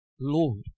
Lord